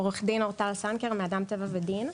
עורכת דין אורטל סנקר מאדם, טבע ודין.